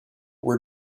were